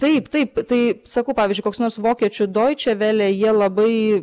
taip taip tai sakau pavyzdžiui koks nors vokiečių doiče vele jie labai